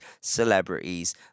celebrities